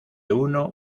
uno